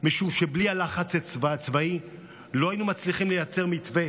משום שבלי הלחץ הצבאי לא היינו מצליחים לייצר למתווה